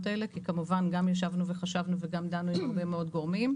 האלה כי כמובן גם ישבנו וחשבנו וגם דנו עם הרבה מאוד גורמים.